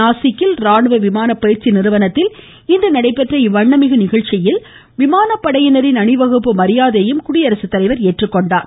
நாசிக்கில் ராணுவ விமான பயிற்சி நிறுவனத்தில் இன்று நடைபெற்ற இவ்வண்ணமிகு நிகழ்ச்சியில் விமானப்படையினின் அணிவகுப்பு மரியாதையையும் குடியரசுத்தலைவர் ஏற்றுக்கொண்டார்